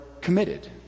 committed